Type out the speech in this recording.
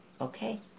Okay